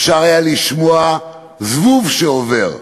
היה אפשר לשמוע זבוב שעובר,